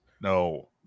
no